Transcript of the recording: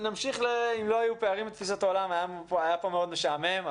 אם לא היו פערים בתפיסות העולם היה פה מאוד משעמם,